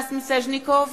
סטס מיסז'ניקוב,